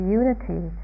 unity